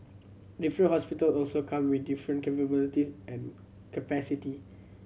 different hospital also come with different capabilities and capacity